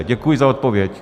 Děkuji za odpověď.